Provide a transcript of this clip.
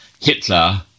Hitler